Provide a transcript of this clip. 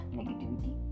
negativity